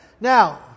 Now